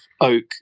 oak